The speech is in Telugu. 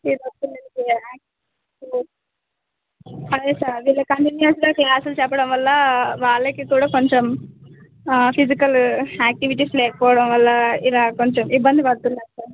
అదే సార్ అదే కంటిన్యువస్గా క్లాసులు చెప్పడం వల్ల వాళ్ళకి కూడా కొంచెం ఫిజికల్ యాక్టివిటీస్ లేకపోవడం వల్ల ఇలా కొంచెం ఇబ్బంది పడుతున్నారు సార్